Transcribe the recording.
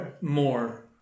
more